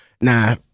Nah